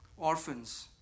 Orphans